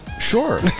Sure